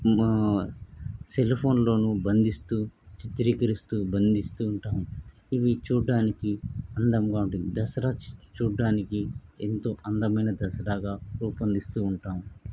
సెల్ఫోన్లోనూ బంధిస్తూ చిత్రీకరిస్తూ బంధిస్తూ ఉంటాము ఇవి చూడటానికి అందముగా ఉంటుంది దసరా చూ చూడటానికి ఎంతో అందమైన దసరాగా రూపొందిస్తూ ఉంటాము